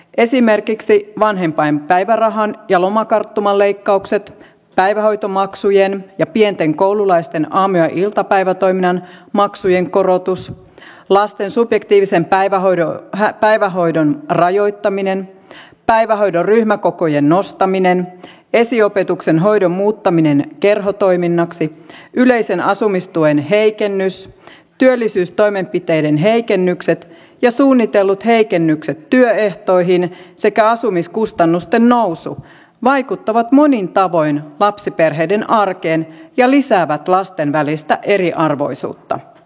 esimerkiksi vanhempainpäivärahan ja lomakarttuman leikkaukset päivähoitomaksujen ja pienten koululaisten aamu ja iltapäivätoiminnan maksujen korotus lasten subjektiivisen päivähoidon rajoittaminen päivähoidon ryhmäkokojen nostaminen esiopetuksen hoidon muuttaminen kerhotoiminnaksi yleisen asumistuen heikennys työllisyystoimenpiteiden heikennykset ja suunnitellut heikennykset työehtoihin sekä asumiskustannusten nousu vaikuttavat monin tavoin lapsiperheiden arkeen ja lisäävät lasten välistä eriarvoisuutta